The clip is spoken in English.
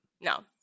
No